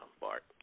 Bart